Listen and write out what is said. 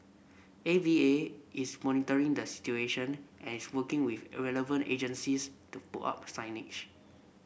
A V A is monitoring the situation and is working with a relevant agencies to put up signage